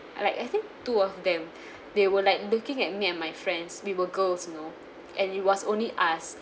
like I think two of them they were like looking at me and my friends we were girls you know and it was only us